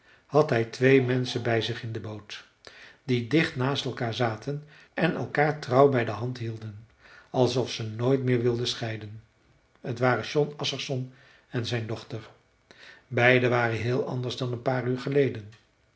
had hij twee menschen bij zich in de boot die dicht naast elkaar zaten en elkaar trouw bij de hand hielden alsof ze nooit meer wilden scheiden t waren jon assarsson en zijn dochter beiden waren heel anders dan een paar uur geleden